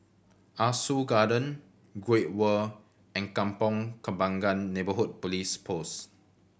Ah Soo Garden Great World and Kampong Kembangan Neighbourhood Police Post